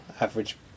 average